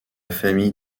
famille